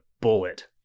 bullet